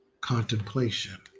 contemplation